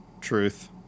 Truth